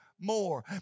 more